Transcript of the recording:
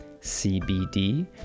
CBD